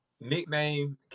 nickname